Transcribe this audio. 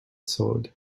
sword